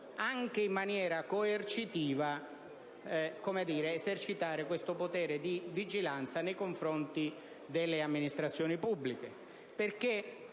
anche in maniera coercitiva, esercitare il potere di vigilanza nei confronti delle amministrazioni pubbliche.